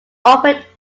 operate